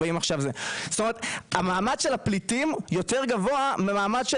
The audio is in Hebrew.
כלומר המעמד של הפליטים יותר גבוה מהמעמד של